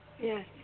Yes